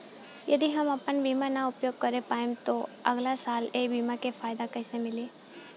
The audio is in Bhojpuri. यदि हम आपन बीमा ना उपयोग कर पाएम त अगलासाल ए बीमा के फाइदा कइसे मिली?